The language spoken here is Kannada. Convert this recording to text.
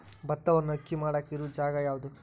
ಭತ್ತವನ್ನು ಅಕ್ಕಿ ಮಾಡಾಕ ಇರು ಜಾಗ ಯಾವುದು?